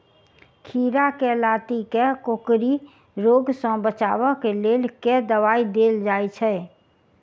खीरा केँ लाती केँ कोकरी रोग सऽ बचाब केँ लेल केँ दवाई देल जाय छैय?